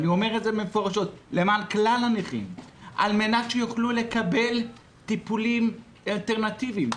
על מנת שיוכלו לקבל טיפולים אלטרנטיביים,